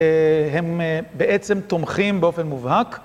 הם בעצם תומכים באופן מובהק.